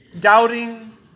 doubting